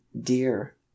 dear